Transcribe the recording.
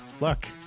look